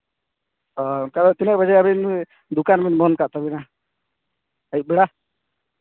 ᱛᱟᱣ ᱛᱤᱱᱟᱹᱜ ᱵᱟᱡᱮ ᱟᱹᱵᱤᱱ ᱫᱚᱠᱟᱱ ᱵᱮᱱ ᱵᱚᱱᱫᱷ ᱠᱟᱜ ᱛᱟᱹᱵᱤᱱᱟ ᱟᱹᱭᱩᱵ ᱵᱮᱲᱟ